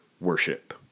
worship